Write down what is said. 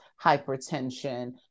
hypertension